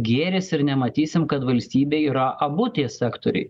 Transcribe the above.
gėris ir nematysim kad valstybėj yra abu tie sektoriai